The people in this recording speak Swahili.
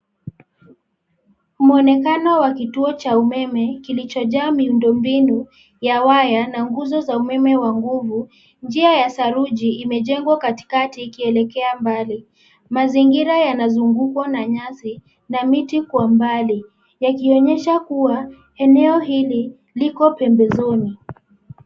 Muonekano wa kituo cha umeme kilichojaa miundombinu ya waya na nguzo za umeme wa nguvu. njia ya saruji imejengwa katikati ikielekea mbali. Mazingira yanazungukwa na nyasi na miti kwa mbali, yakionyesha kuwa eneo hili liko pembezoni.